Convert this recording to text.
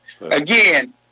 again